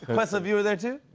questlove, you were there, too?